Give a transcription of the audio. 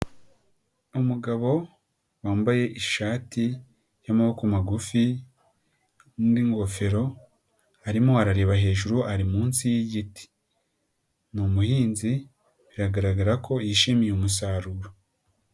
Umugabo wambaye ishati y'amaboko magufi n'ingofero arimo arareba hejuru ari munsi y'igiti, ni umuhinzi biragaragara ko yishimiye umusaruro.